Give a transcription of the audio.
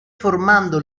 formando